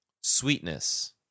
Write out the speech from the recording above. sweetness